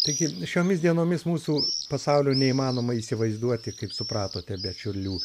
taigi šiomis dienomis mūsų pasaulio neįmanoma įsivaizduoti kaip supratote be čiurlių